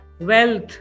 wealth